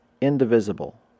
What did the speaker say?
indivisible